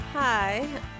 Hi